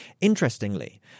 Interestingly